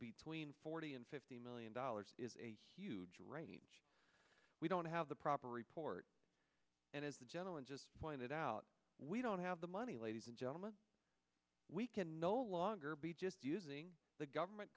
between forty and fifty million dollars is a huge right we don't have the proper report and as the gentleman just pointed out we don't have the money ladies and gentlemen we can no longer be just using the government